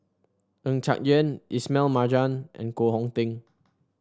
Ng Yat Chuan Ismail Marjan and Koh Hong Teng